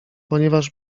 ponieważ